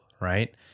right